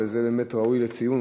וזה באמת ראוי לציון,